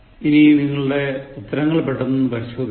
ഇനി നിങ്ങളുടെ ഉത്തരങ്ങൾ പെട്ടന്നൊന്നു പരിശോധിക്കാം